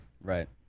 Right